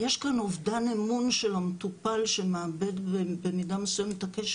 יש כאן אובדן אמון של המטופל שמאבד במידה מסוימת את הקשר,